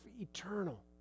eternal